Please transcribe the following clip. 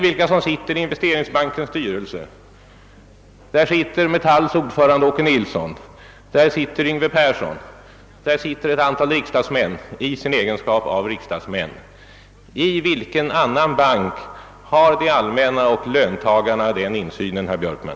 I Investeringsbankens styrelse sitter Metalls ordförande Åke Nilsson, där sitter Yngve Persson och där sitter ett antal riksdagsmän i sin egenskap av riksdagsmän. I vilken annan bank har det allmänna och löntagarna den insynen, herr Björkman?